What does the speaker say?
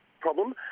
problem